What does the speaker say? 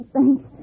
Thanks